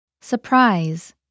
surprise